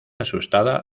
asustada